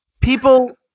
People